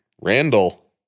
Randall